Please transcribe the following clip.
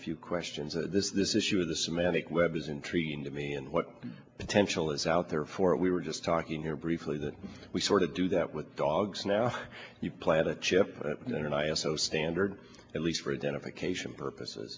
a few questions of this this issue of the semantic web is intriguing to me and what potential is out there for we were just talking here briefly that we sort of do that with dogs now you plan to chip in an i s o standard at least for a dedication purposes